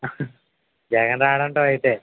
జగన్ రాడు అంటావు అయితే